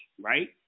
right